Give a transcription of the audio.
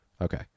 Okay